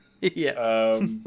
Yes